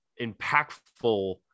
impactful